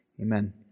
Amen